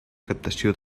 captació